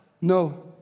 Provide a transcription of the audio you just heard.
No